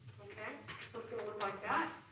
so it's gonna look like that.